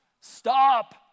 stop